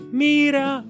mira